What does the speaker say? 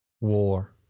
war